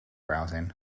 browsing